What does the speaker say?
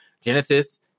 genesis